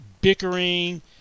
bickering